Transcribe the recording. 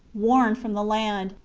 worn from the land,